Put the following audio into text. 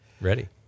Ready